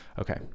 okay